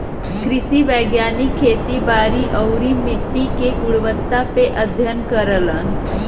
कृषि वैज्ञानिक खेती बारी आउरी मट्टी के गुणवत्ता पे अध्ययन करलन